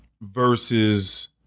versus